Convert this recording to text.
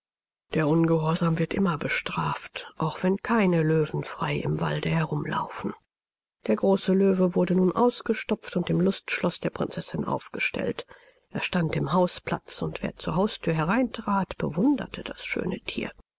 der ungehorsam wird immer bestraft auch wenn keine löwen frei im walde herum laufen der große löwe wurde nun ausgestopft und im lustschloß der prinzessin aufgestellt er stand im hausplatz und wer zur hausthür hereintrat bewunderte das schöne thier